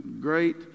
great